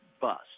bust